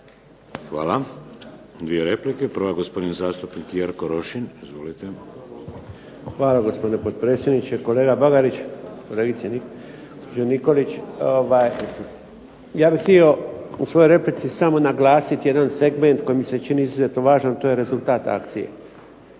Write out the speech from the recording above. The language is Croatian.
Hvala. Dvije replike. Prva je gosopdin zastupnik Jerko Rošin. Izvolite. **Rošin, Jerko (HDZ)** Hvala gospodine potpredsjedniče. Kolega Bagarić, kolegice Nikolić. Ja bih htio u svojoj replici samo naglasiti jedan segment koji mi se čini izuzetno važan, a to je rezultat akcije,